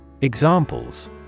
Examples